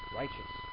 righteous